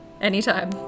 Anytime